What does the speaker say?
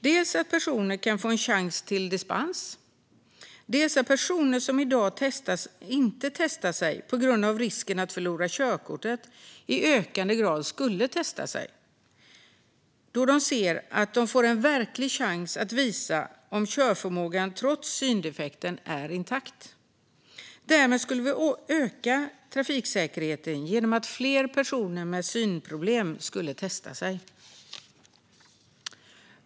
Dels kan personer få en chans till dispens, dels skulle personer som i dag inte testar sig på grund av risken att förlora körkortet i ökande grad testa sig då de ser att de får en verklig chans att visa om körförmågan trots syndefekten är intakt. Därmed skulle vi öka trafiksäkerheten genom att fler personer med synproblem skulle testa sig.